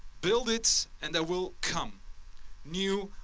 build it and they will come new,